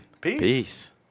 Peace